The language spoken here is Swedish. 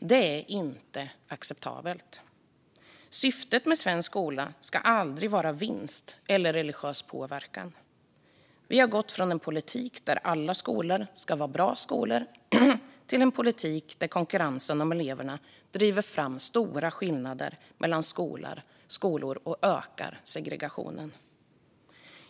Det är inte acceptabelt. Syftet med svensk skola ska aldrig vara vinst eller religiös påverkan. Vi har gått från en politik där alla skolor ska vara bra skolor till en politik där konkurrensen om eleverna driver fram stora skillnader mellan skolor och där segregationen ökar.